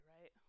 right